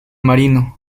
marino